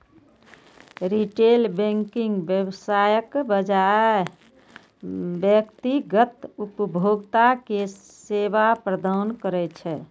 retail banking व्यवसायक बजाय व्यक्तिगत उपभोक्ता कें सेवा प्रदान करै छै